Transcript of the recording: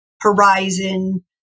Horizon